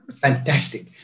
Fantastic